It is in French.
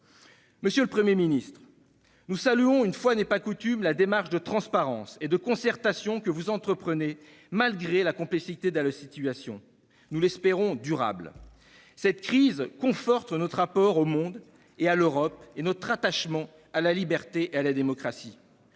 Monsieur le Premier ministre, nous saluons- une fois n'est pas coutume -la démarche de transparence et de concertation que vous entreprenez malgré la complexité de la situation, et que nous espérons durable. Cette crise conforte notre rapport au monde et à l'Europe, et notre attachement à la liberté et à la démocratie.